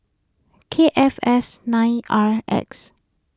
K F S nine R X